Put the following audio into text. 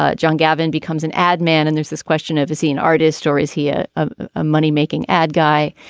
ah john gavin becomes an ad man and there's this question of a scene artist stories here a money making ad guy.